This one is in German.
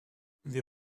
wir